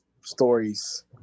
stories